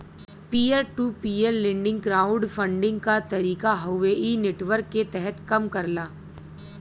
peer to peer lending crowd funding क तरीका हउवे इ नेटवर्क के तहत कम करला